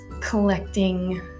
collecting